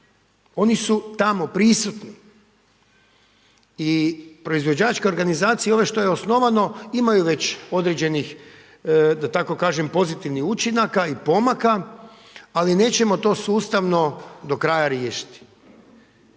oni su tamo prisutni. I proizvođačka organizacija i ova što je osnovano imaju već određenih da tako kažem pozitivnih učinaka i pomaka, ali nećemo to sustavno do kraja riješiti.